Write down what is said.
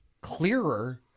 clearer